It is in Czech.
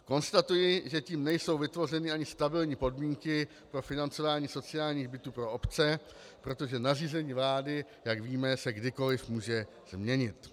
Konstatuji, že tím nejsou vytvořeny ani stabilní podmínky pro financování sociálních bytů pro obce, protože nařízení vlády, jak víme, se kdykoli může změnit.